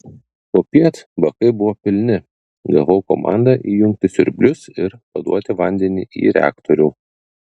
popiet bakai buvo pilni gavau komandą įjungti siurblius ir paduoti vandenį į reaktorių